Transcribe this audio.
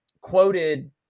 quoted